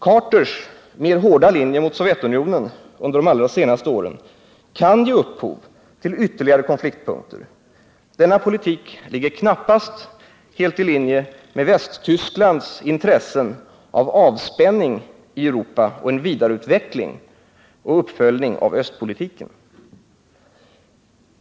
Carters mer hårda linje mot Sovjetunionen under de allra senaste åren kan ge upphov till ytterligare konfliktpunkter. Denna politik ligger knappast helt i linje med Västtysklands intresse av avspänning i Europa och en vidareutveckling och uppföljning av östpolitiken.